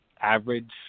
average